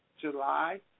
July